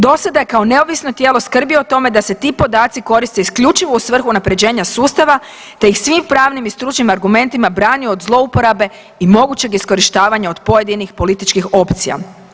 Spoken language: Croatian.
Do sada je kao neovisno tijelo skrbio o tome da se ti podaci koriste isključivo u svrhu unapređenja sustava te ih svih pravnim i stručnim argumentima branio od zlouporabe i mogućeg iskorištavanja od pojedinih političkih opcija.